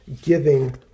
giving